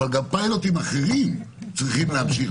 אבל גם פילוטים אחרים צריכים להמשיך,